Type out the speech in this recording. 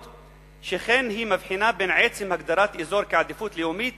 שכן היא מבחינה בין עצם הגדרת אזור כעדיפות לאומית